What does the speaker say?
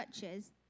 churches